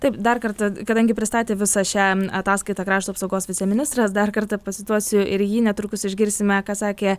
taip dar kartą kadangi pristatė visą šią ataskaitą krašto apsaugos viceministras dar kartą pacituosiu ir jį netrukus išgirsime ką sakė